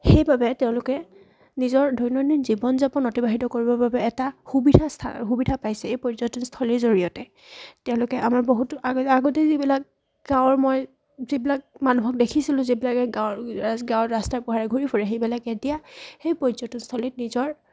সেইবাবে তেওঁলোকে নিজৰ দৈনন্দিন জীৱন যাপন অতিবাহিত কৰিবৰ বাবে এটা সুবিধা সুবিধা পাইছে এই পৰ্যটনস্থলীৰ জৰিয়তে তেওঁলোকে আমাৰ বহুতো আগে আগতে যিবিলাক গাঁৱৰ মই যিবিলাক মানুহক দেখিছিলোঁ যিবিলাকে গাঁৱৰ গাঁৱৰ ৰাস্তা পোহাৰে ঘূৰি ফুৰে সেইবিলাক এতিয়া সেই পৰ্যটনস্থলীত নিজৰ